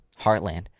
Heartland